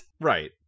Right